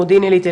מודיעין עילית,